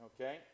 Okay